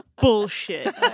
bullshit